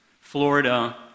Florida